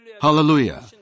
Hallelujah